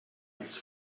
its